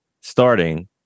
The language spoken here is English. starting